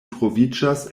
troviĝas